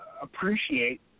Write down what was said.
appreciate